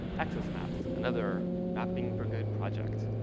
axs maps, another mapping for good project.